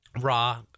raw